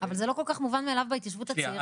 -- אבל זה לא כל כך מובן מאליו בהתיישבות הצעירה.